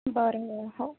बरं बरं हो